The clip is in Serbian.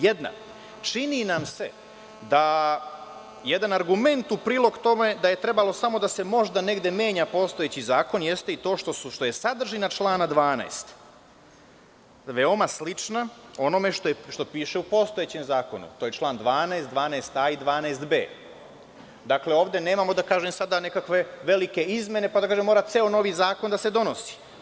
Jedna, čini nam se, da jedan argument u prilog tome da je trebalo samo da se možda negde menja postojeći zakon jeste i to što je sadržina člana 12. veoma slična onome što piše u postojećem zakonu, to je član 12, 12a i 12b. Dakle, ovde nemamo da kažem neke velike izmene, pa da kažem da mora ceo novi zakon da se donosi.